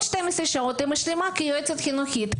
12 שעות היא משלימה כיועצת חינוכית.